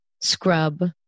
scrub